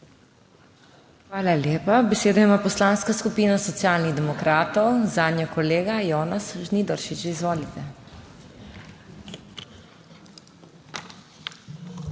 Hvala lepa. Besedo ima Poslanska skupina Socialnih demokratov, zanjo kolega Jonas Žnidaršič. Izvolite.